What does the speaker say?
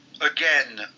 again